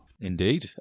Indeed